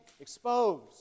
exposed